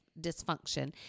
dysfunction